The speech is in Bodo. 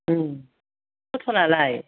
उम फथलआलाय